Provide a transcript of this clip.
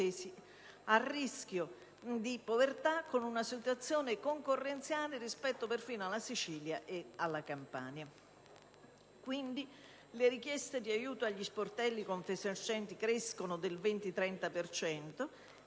a rischio di povertà, con una situazione concorrenziale rispetto perfino alla Sicilia e alla Campania. Quindi le richieste di aiuto agli sportelli Confesercenti crescono del 20‑30